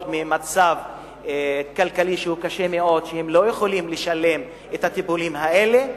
ממצב כלכלי קשה מאוד ולא יכולות לשלם את הטיפולים האלה,